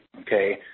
okay